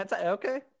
Okay